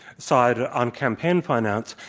side, on campaign finance,